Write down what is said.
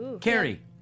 Carrie